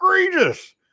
egregious